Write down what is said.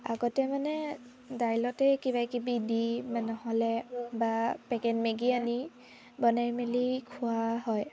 আগতে মানে দাইলতে কিবাকিবি দি বা নহ'লে বা পেকেট মেগি আনি বনাই মেলি খোৱা হয়